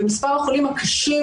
במספר החולים הקשים,